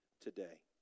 today